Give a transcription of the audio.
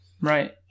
Right